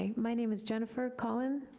ah my name is jennifer collin.